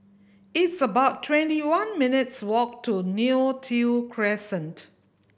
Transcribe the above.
it's about twenty one minutes' walk to Neo Tiew Crescent